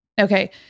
Okay